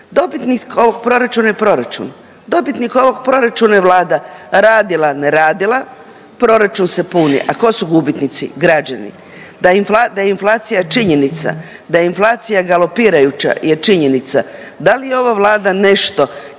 Dobitnik ovog proračuna je proračun. Dobitnik ovog proračuna je Vlada, radila, ne radila proračun se puni, a tko su gubitnici? Građani. Da inflacija činjenica, da je inflacija galopirajuća je činjenica, da li ova Vlada nešto